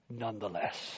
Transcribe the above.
nonetheless